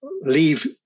leave